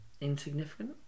Insignificant